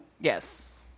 yes